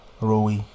Rui